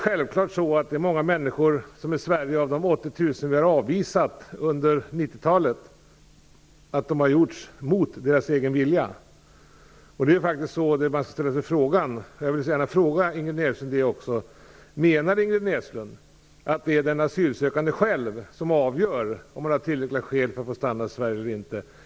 Självfallet är det många av de människor här i Sverige som vi har avvisat under 90-talet mot deras egen vilja. Jag vill då ställa frågan: Menar Ingrid Näslund att det är den asylsökande själv som skall avgöra om det finns tillräckliga skäl att få stanna i Sverige eller inte?